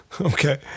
Okay